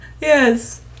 Yes